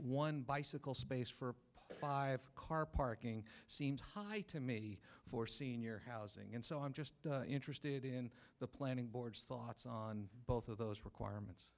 one bicycle space for five car parking seems high to me for senior housing and so i'm just interested in the planning boards thoughts on both of those requirements